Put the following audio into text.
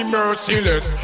merciless